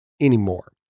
anymore